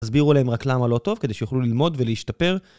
תסבירו להם רק למה לא טוב כדי שיכולו ללמוד ולהשתפר.